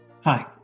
Hi